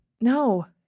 no